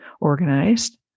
organized